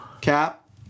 Cap